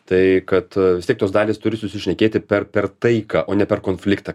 tai kad vis tiek tos dalys turi susišnekėti per per taiką o ne per konfliktą